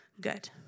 good